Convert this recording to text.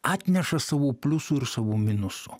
atneša savų pliusų ir savų minusų